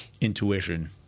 intuition